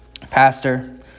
pastor